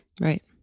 Right